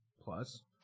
Plus